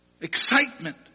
excitement